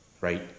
right